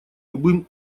любым